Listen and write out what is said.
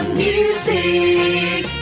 music